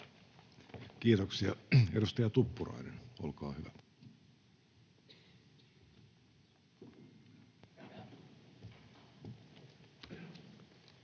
Kiitoksia. — Edustaja Tuppurainen, olkaa hyvä.